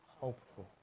hopeful